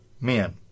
men